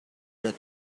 that